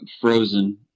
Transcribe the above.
frozen